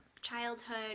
childhood